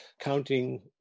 counting